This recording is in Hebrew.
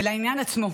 ולעניין עצמו,